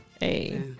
hey